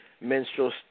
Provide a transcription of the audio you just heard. menstrual